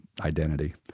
identity